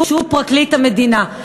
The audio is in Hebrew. שהוא פרקליט המדינה.